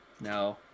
No